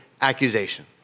accusation